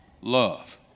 Love